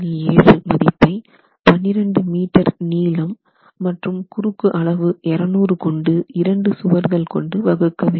7kN மதிப்பை 12 metre நீளம் மற்றும் குறுக்கு அளவு 200 கொண்ட இரண்டு சுவர்கள் கொண்டு வகுக்க வேண்டும்